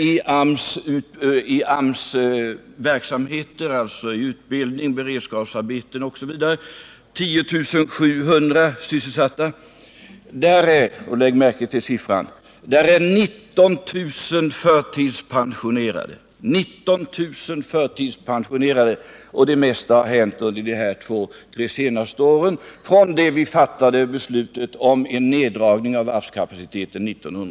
I AMS-verksamhet, utbildning, beredskapsarbete osv. är 10 700 sysselsatta. Där finns — lägg märke till antalet — 19 000 förtidspensionerade. Det mesta har hänt under de tre senaste åren, påverkat också av det beslut vi 1976 fattade om en neddragning av varvens kapacitet. Herr talman!